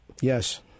Yes